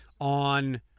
on